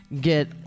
get